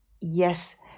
Yes